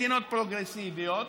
מדינות פרוגרסיביות,